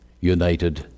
united